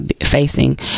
facing